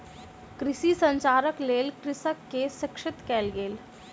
कृषि संचारक लेल कृषक के शिक्षित कयल गेल